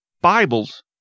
Bibles